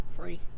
free